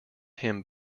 him